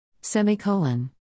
Semicolon